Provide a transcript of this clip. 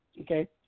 Okay